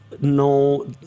No